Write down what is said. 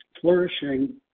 flourishing